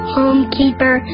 homekeeper